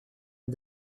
est